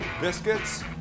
biscuits